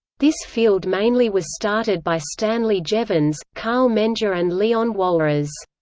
this field mainly was started by stanley jevons, carl menger and leon walras.